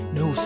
no